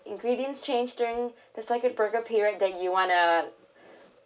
ingredients changed during the circuit period that you wanna